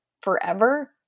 forever